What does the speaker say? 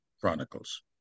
Chronicles